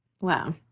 Wow